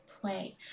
play